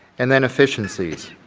and then efficiencies,